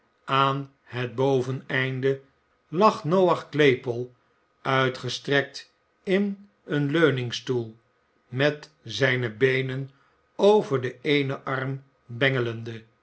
aan het boveneinde lag noach claypole uitgestrekt in een leuningstoe met zijne beenen over den eenen arm bengelende